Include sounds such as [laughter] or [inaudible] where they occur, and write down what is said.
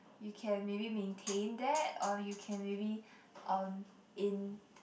you can maybe maintain that or you can maybe [breath] um in [noise]